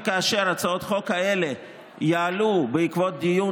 אם וכאשר הצעות חוק כאלה יעלו בעקבות דיון